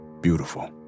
beautiful